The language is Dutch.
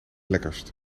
lekkerst